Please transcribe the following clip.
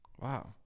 Wow